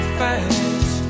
fast